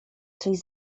coś